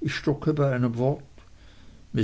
ich stocke bei einem wort